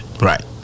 Right